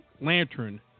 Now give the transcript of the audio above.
lantern